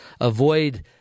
avoid